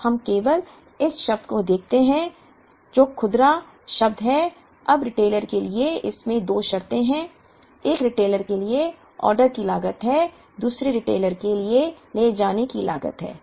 अब हम केवल इस शब्द को देखते हैं जो खुदरा शब्द है अब रिटेलर के लिए इसमें 2 शर्तें हैं एक रिटेलर के लिए ऑर्डर की लागत है दूसरे रिटेलर के लिए ले जाने की लागत है